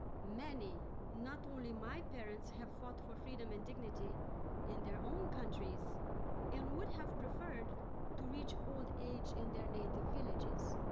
many not only my parents have fought for freedom and dignity in their own countries and would have preferred to reach old age in their native villages.